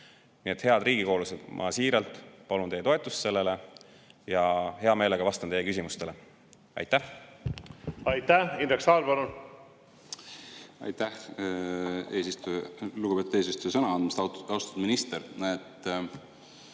Nii et, head riigikogulased, ma siiralt palun teie toetust sellele ja hea meelega vastan teie küsimustele. Aitäh! Aitäh! Indrek Saar, palun! Aitäh, lugupeetud eesistuja, sõna andmast! Austatud minister!